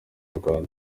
rwanda